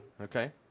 Okay